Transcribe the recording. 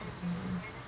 mmhmm